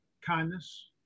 kindness